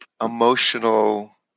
emotional